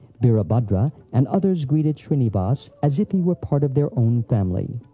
birabhadra, and others greeted shrinivas as if he were part of their own family.